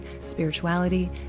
spirituality